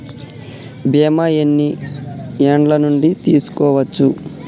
బీమా ఎన్ని ఏండ్ల నుండి తీసుకోవచ్చు?